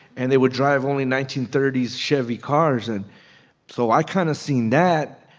and they would drive only nineteen thirty s chevy cars. and so i kind of seen that,